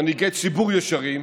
מנהיגי ציבור ישרים,